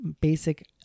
basic